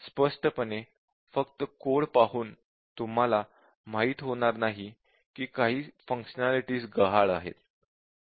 स्पष्टपणे फक्त कोड पाहून तुम्हाला माहित होणार नाही की काही फंक्शनेलिटीज गहाळ आहेत